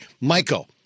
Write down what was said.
Michael